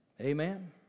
Amen